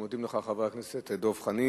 אנחנו מודים לך, חבר הכנסת דב חנין.